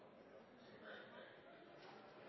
sidan